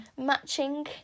matching